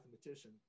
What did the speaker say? mathematician